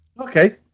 okay